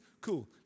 cool